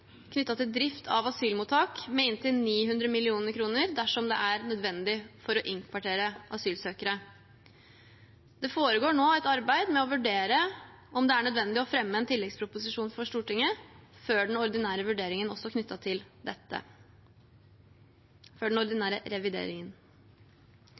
til drift av asylmottak med inntil 900 mill. kr, dersom det er nødvendig for å innkvartere asylsøkere. Det foregår nå et arbeid med å vurdere om det er nødvendig å fremme en tilleggsproposisjon for Stortinget før den ordinære revideringen, også knyttet til dette. Som kjent vedtok EU i en egen rådsbeslutning den